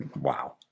Wow